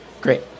Great